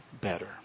better